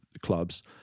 clubs